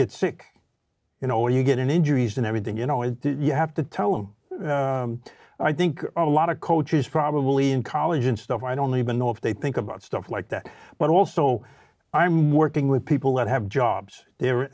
get sick you know you get in injuries and everything you know and you have to tell them i think a lot of coaches probably in college and stuff i'd only been know if they think about stuff like that but also i'm working with people that have jobs they're